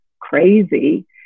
crazy